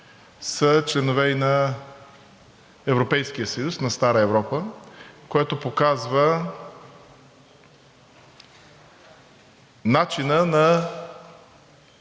са членове и на Европейския съюз, на Стара Европа, което показва начина на